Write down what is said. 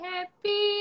Happy